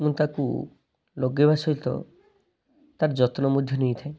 ମୁଁ ତାକୁ ଲଗେଇବା ସହିତ ତାର ଯତ୍ନ ମଧ୍ୟ ନେଇଥାଏ